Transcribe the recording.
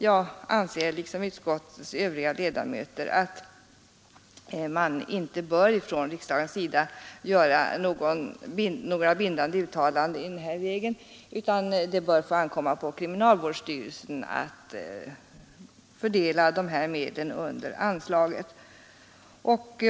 Jag liksom utskottets övriga ledamöter anser att man inte från riksdagens sida bör göra några bindande uttalanden i den här vägen utan att det bör ankomma på kriminalvårdsstyrelsen att fördela dessa medel under anslaget.